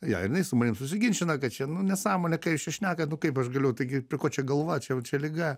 jo jinai su manim susiginčina kad čia nu nesąmonė ką jūs čia šnekat nu kaip aš galiu taigi prie ko čia galva čia čia liga